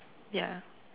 ya